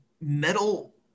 metal